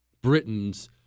Britons